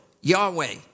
Yahweh